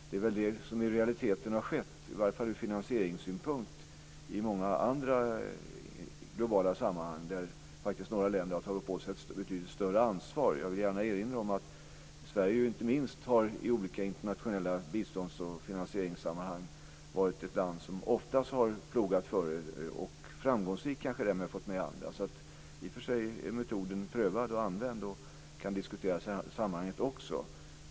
Det är väl det som i realiteten har skett, i varje fall från finansieringssynpunkt, i många andra globala sammanhang där några länder faktiskt har tagit på sig ett betydligt större ansvar. Jag vill gärna erinra om att inte minst Sverige i olika internationella bistånds och finansieringssammanhang varit det land som oftast plogat för detta och kanske framgångsrikt fått med andra, så i och för sig är metoden prövad och använd och kan diskuteras i sammanhanget.